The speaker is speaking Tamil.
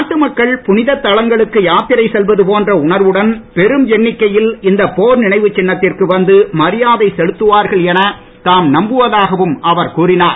நாட்டு மக்கள் புனிதத் தலங்களுக்கு யாத்திரை செல்வது போன்ற உணர்வுடன் பெரும் எண்ணிக்கையில் இந்த போர் நினைவுச் சின்னத்திற்கு வந்து மரியாதை செலுத்துவார்கள் என தாம் நம்புவதாகவும் அவர் கூறினார்